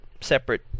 separate